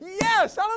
Yes